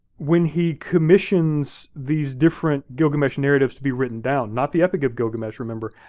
when he commissions these different gilgamesh narratives to be written down, not the epic of gilgamesh, remember,